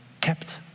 kept